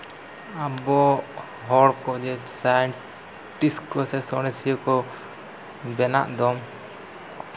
ᱟᱵᱚ ᱦᱚᱲ ᱠᱚ ᱥᱟᱬᱮᱥᱤᱭᱟᱹ ᱠᱚ ᱵᱮᱱᱟᱜ ᱫᱚ